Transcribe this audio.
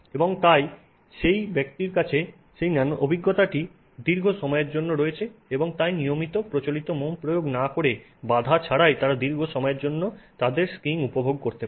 এবং তাই সেই ব্যক্তির কাছে সেই অভিজ্ঞতাটি দীর্ঘ সময়ের জন্য রয়েছে এবং তাই নিয়মিত প্রচলিত মোম প্রয়োগ না করে বাধা ছাড়াই তারা দীর্ঘ সময়ের জন্য তাদের স্কীইং উপভোগ করতে পারে